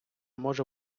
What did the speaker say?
може